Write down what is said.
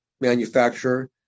manufacturer